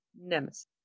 Nemesis